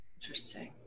Interesting